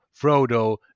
Frodo